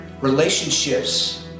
relationships